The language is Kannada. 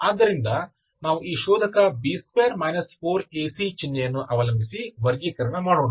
ಆದ್ದರಿಂದ ನಾವು ಈ ಶೋಧಕ b2 4ac ಚಿಹ್ನೆಯನ್ನು ಅವಲಂಬಿಸಿ ವರ್ಗೀಕರಣ ಮಾಡೋಣ